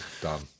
done